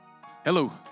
Hello